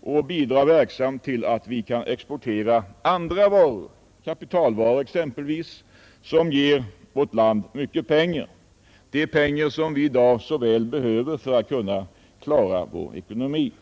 och bidrar verksamt till att vi kan exportera andra varor, kapitalvaror t.ex., som ger vårt land mycket pengar i utländsk valuta, vilket vi i dag så väl behöver för att klara vår ekonomi.